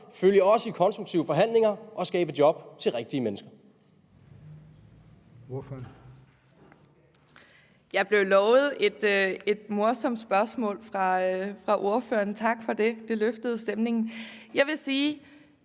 følge os i konstruktive forhandlinger og skabe job til rigtige mennesker?